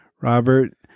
Robert